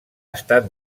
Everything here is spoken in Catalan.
estat